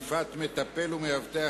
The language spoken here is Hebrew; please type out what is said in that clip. (תקיפת מטפל ומאבטח),